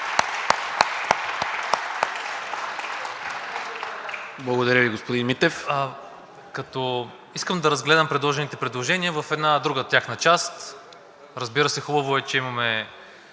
Благодаря Ви, господин Митев.